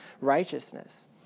righteousness